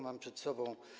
Mam przed sobą.